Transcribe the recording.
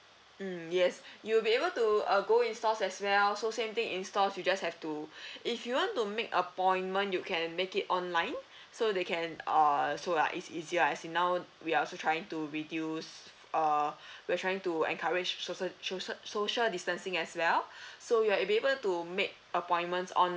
mm yes you'll be able to uh go in stores as well so same thing in stores you just have to if you want to make appointment you can make it online so they can uh so uh it's easier as in now we are also trying to reduce uh we're trying to encourage social social social distancing as well so you're able to make appointment on~